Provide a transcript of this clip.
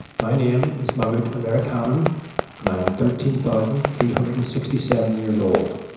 my name is mammut americanum and i am thirteen thousand three hundred and sixty seven years old.